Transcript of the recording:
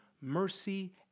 mercy